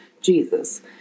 Jesus